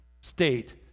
state